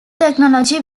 technology